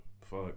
Fuck